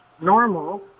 normal